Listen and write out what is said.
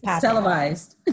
televised